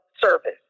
service